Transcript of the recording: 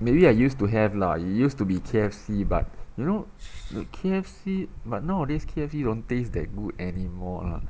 maybe I used to have lah it used to be K_F_C but you know the K_F_C but nowadays K_F_C don't taste that good anymore lah